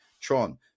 Tron